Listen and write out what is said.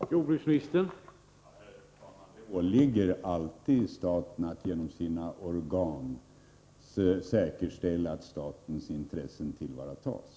Herr talman! Det åligger alltid staten att genom sina organ säkerställa att statens intressen tillvaratas.